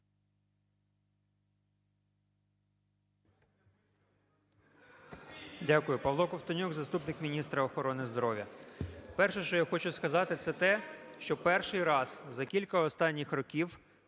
Дякую. Павло Ковтонюк, заступник міністра охорони здоров'я. Перше, що я хочу сказати, - це те, що перший раз за кілька останніх років